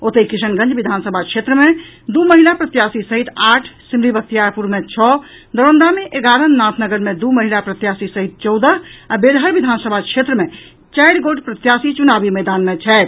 ओतहि किशनगंज विधानसभा क्षेत्र मे दू महिला प्रत्याशी सहित आठ सिमरी बख्तियारपुर मे छओ दरौंदा मे एगारह नाथनगर मे दू महिला प्रत्याशी सहित चौदह आ बेलहर विधानसभा क्षेत्र मे चारि गोट प्रत्याशी चुनावी मैदान मे छथि